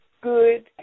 good